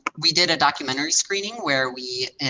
we did a documentary screening where we,